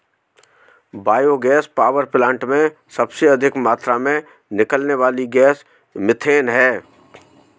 bio gas power plant में सबसे अधिक मात्रा में निकलने वाली गैस मिथेन है